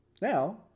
Now